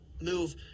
Move